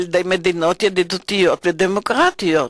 במדינות ידידותיות ודמוקרטיות,